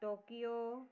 Tokyo